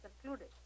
concluded